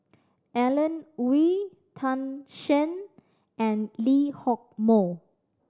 Alan Oei Tan Shen and Lee Hock Moh